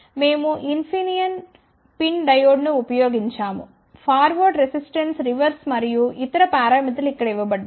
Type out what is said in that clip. మేము Infineon PIN డయోడ్ను ఉపయోగించాము ఫార్వర్డ్ రెసిస్టెన్స్ రివర్స్ మరియు ఇతర పారామితులు ఇక్కడ ఇవ్వబడ్డాయి